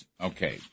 Okay